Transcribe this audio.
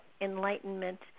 Enlightenment